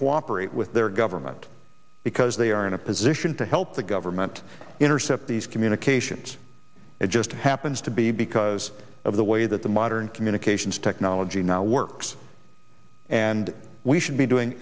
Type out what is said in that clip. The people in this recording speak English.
cooperate with their government because they are in a position to help the government intercept these communications it just happens to be because of the way that the modern communications technology now works and we should be doing